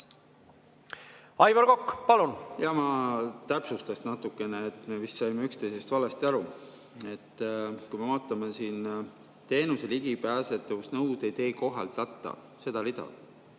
Aivar Kokk, palun! Jah, ma täpsustan natukene. Me vist saime üksteisest valesti aru. Kui me vaatame siin "Teenuse ligipääsetavusnõudeid ei kohaldata", seda rida,